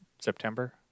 september